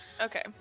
Okay